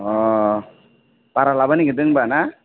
अह भारा लाबो नागिरदों होमबा ना